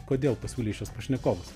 kodėl pasiūlei šiuos pašnekovus